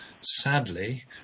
sadly